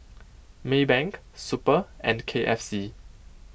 Maybank Super and K F C